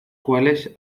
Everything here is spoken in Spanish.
cuales